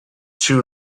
too